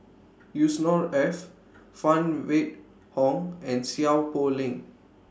Yusnor Ef Phan Wait Hong and Seow Poh Leng